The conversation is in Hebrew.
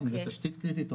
אם זה תשתית קריטית,